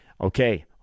Okay